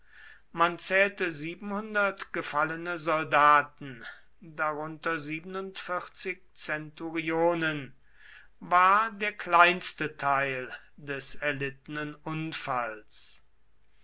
man zählte gefallene soldaten darunter centurionen war der kleinste teil des erlittenen unfalls